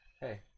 Hey